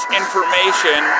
information